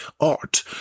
art